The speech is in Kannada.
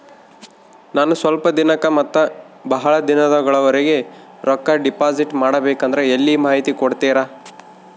ನಾನು ಸ್ವಲ್ಪ ದಿನಕ್ಕ ಮತ್ತ ಬಹಳ ದಿನಗಳವರೆಗೆ ರೊಕ್ಕ ಡಿಪಾಸಿಟ್ ಮಾಡಬೇಕಂದ್ರ ಎಲ್ಲಿ ಮಾಹಿತಿ ಕೊಡ್ತೇರಾ?